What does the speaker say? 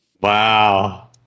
Wow